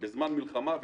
בזמן מלחמה,